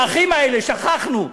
האחים האלה, שכחנו.